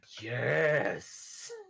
Yes